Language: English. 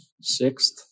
Sixth